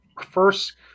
first